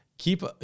Keep